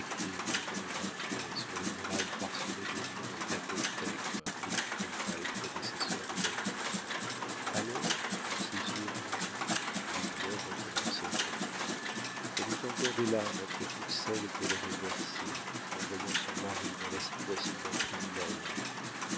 dans un coin et sur les murailles parsemées de noms et d'apophthegmes écrits par les prédécesseurs de david alors de ses yeux rougis les pleurs recommencèrent à couler elle eut encore des larmes après toutes celles qu'elle avait versées en voyant son mari dans la situation d'un criminel